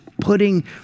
putting